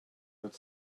but